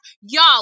y'all